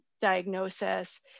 diagnosis